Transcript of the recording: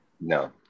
No